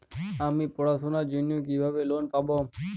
আমি পড়াশোনার জন্য কিভাবে লোন পাব?